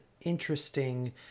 interesting